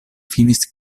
finis